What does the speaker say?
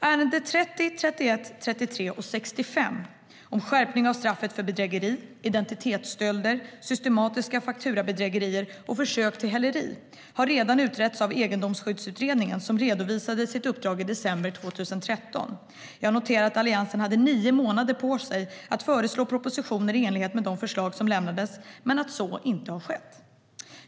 Punkterna 30, 31, 33 och 65, om skärpning av straffet för bedrägeri, identitetsstöld, systematiska fakturabedrägerier och försök till häleri, har redan utretts av Egendomsskyddsutredningen, som redovisade sitt uppdrag i december 2013. Jag noterar att Alliansen hade nio månader på sig att föreslå propositioner i enlighet med de förslag som lämnades men att så inte har skett.